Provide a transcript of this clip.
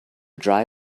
dry